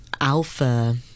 alpha